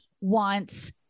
wants